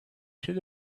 should